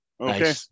okay